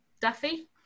Duffy